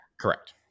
Correct